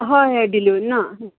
हय हय डिलीवरी ना